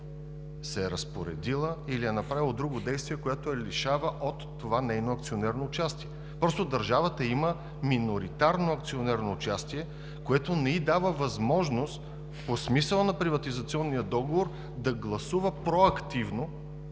разпоредила или е направила друго действие, което я лишава от това нейно акционерно участие. Просто държавата има миноритарно акционерно участие, което не ѝ дава възможност по смисъла на приватизационния договор да гласува проактивно,